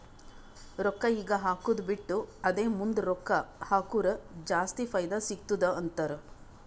ರೊಕ್ಕಾ ಈಗ ಹಾಕ್ಕದು ಬಿಟ್ಟು ಅದೇ ಮುಂದ್ ರೊಕ್ಕಾ ಹಕುರ್ ಜಾಸ್ತಿ ಫೈದಾ ಸಿಗತ್ತುದ ಅಂತಾರ್